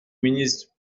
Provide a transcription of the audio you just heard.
ministre